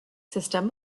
system